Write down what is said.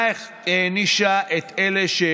226 236